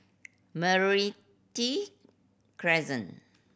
Meranti Crescent